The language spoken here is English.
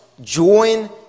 join